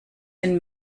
wenn